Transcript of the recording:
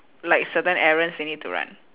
like certain errands they need to run